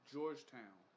Georgetown